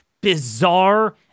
bizarre